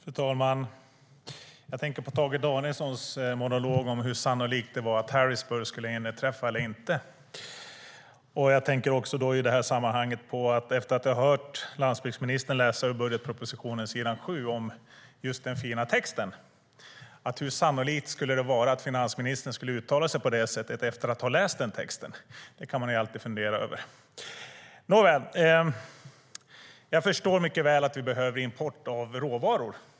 Fru talman! Jag tänker på Tage Danielssons monolog om hur sannolikt det var att olyckan i Harrisburg skulle inträffa. Och efter att ha hört landsbygdsministern läsa den fina texten på s. 7 i budgetpropositionen undrar jag hur sannolikt det skulle vara att finansministern skulle uttala sig på det här sättet efter att ha läst den texten. Det kan man alltid fundera över. Nåväl! Jag förstår mycket väl att vi behöver import av råvaror.